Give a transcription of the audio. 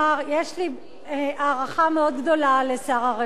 יש לי הערכה מאוד גדולה לשר הרווחה,